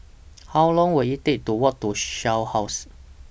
How Long Will IT Take to Walk to Shell House